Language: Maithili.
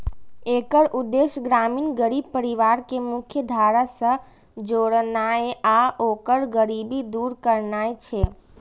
एकर उद्देश्य ग्रामीण गरीब परिवार कें मुख्यधारा सं जोड़नाय आ ओकर गरीबी दूर करनाय छै